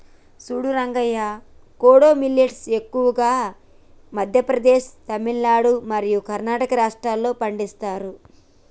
సూడు Rangayya kodo millet ఎక్కువగా మధ్య ప్రదేశ్, తమిలనాడు మరియు కర్ణాటక రాష్ట్రాల్లో పండిస్తారు